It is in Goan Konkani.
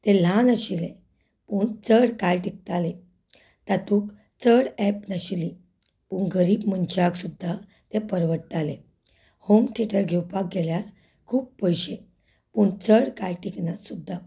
त्यो ल्हान आशिल्ल्यो पूण चड काळ टिकताल्यो तातूंत चड एप नाशिल्ले पूण गरीब मनशाक सुद्दां तें परवडटालें होम थेटर घेवपाक गेल्यार खूब पयशे पूण चड कांय टिकना सुद्दां